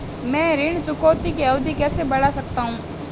मैं ऋण चुकौती की अवधि कैसे बढ़ा सकता हूं?